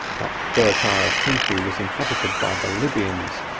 that fertile country was inhabited by the libyans,